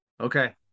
Okay